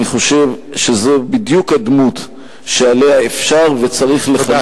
אני חושב שזו בדיוק הדמות שעליה אפשר וצריך, תודה.